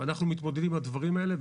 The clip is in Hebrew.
ואנחנו מתמודדים עם הדברים האלה.